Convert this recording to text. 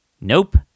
Nope